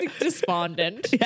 Despondent